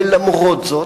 ולמרות זאת,